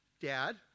Dad